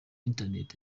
internet